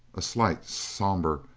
a slight, somber,